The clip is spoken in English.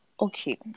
Okay